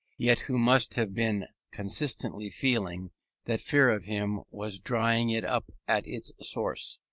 yet who must have been constantly feeling that fear of him was drying it up at its source.